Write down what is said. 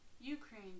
Ukraine